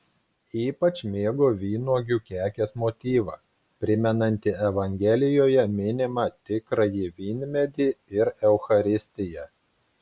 ypač mėgo vynuogių kekės motyvą primenantį evangelijoje minimą tikrąjį vynmedį ir eucharistiją